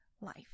life